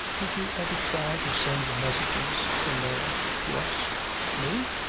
did you ever try to send messages from there to us me?